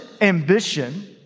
ambition